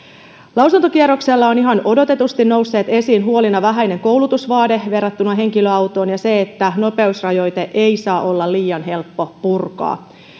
lausuntokierroksella ovat ihan odotetusti nousseet esiin huolina vähäinen koulutusvaade verrattuna henkilöautoon ja se että nopeusrajoite ei saa olla liian helppo purkaa